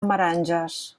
meranges